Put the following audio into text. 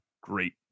great